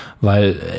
Weil